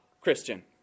Christian